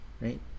right